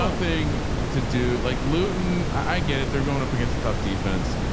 ah thing to do like luton. i get it. they're going up against a tough defense,